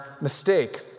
mistake